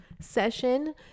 session